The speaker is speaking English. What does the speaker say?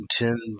ten